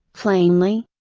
plainly,